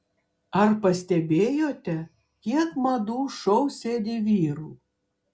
ar pastebėjote kiek madų šou sėdi vyrų